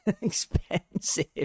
expensive